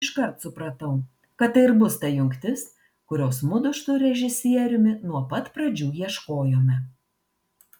iškart supratau kad tai ir bus ta jungtis kurios mudu su režisieriumi nuo pat pradžių ieškojome